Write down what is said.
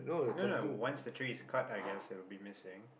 no no no once the tree is cut I guess it will be missing